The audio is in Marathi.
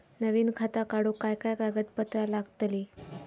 नवीन खाता काढूक काय काय कागदपत्रा लागतली?